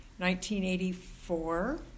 1984